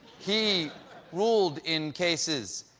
he ruled. in. cases.